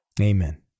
Amen